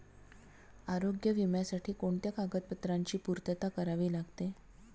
आरोग्य विम्यासाठी कोणत्या कागदपत्रांची पूर्तता करावी लागते?